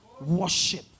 Worship